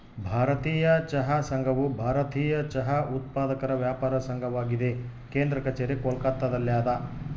ಭಾರತೀಯ ಚಹಾ ಸಂಘವು ಭಾರತೀಯ ಚಹಾ ಉತ್ಪಾದಕರ ವ್ಯಾಪಾರ ಸಂಘವಾಗಿದೆ ಕೇಂದ್ರ ಕಛೇರಿ ಕೋಲ್ಕತ್ತಾದಲ್ಯಾದ